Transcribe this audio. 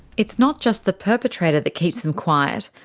it's not just the perpetrator that keeps them quiet,